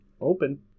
open